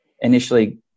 initially